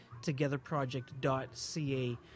togetherproject.ca